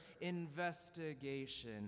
investigation